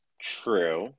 True